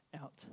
out